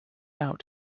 out